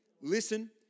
Listen